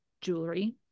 Jewelry